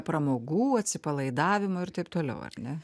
pramogų atsipalaidavimo ir taip toliau ar ne